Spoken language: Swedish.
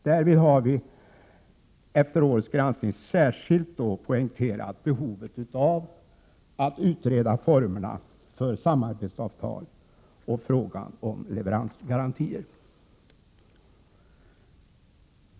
Därvid har vi efter årets granskning särskilt poängterat behovet av att utreda formerna för samarbetsavtal och frågan om leveransgarantier.